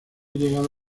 llegado